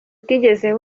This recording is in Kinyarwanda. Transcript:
utigeze